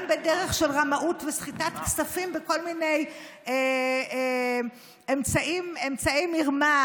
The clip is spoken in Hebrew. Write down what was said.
גם בדרך של רמאות וסחיטת כספים בכל מיני אמצעי מרמה.